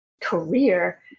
career